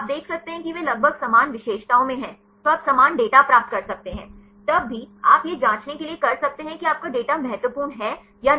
आप देख सकते हैं कि वे लगभग समान विशेषताओं में हैं तो आप समान डेटा प्राप्त कर सकते हैं तब भी आप यह जांचने के लिए कर सकते हैं कि आपका डेटा महत्वपूर्ण है या नहीं